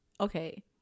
Okay